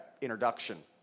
introduction